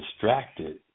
distracted